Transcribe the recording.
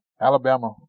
Alabama